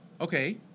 Okay